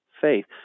faith